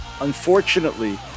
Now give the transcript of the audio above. Unfortunately